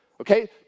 okay